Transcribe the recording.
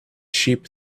sheep